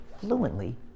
fluently